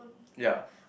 ya